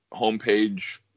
homepage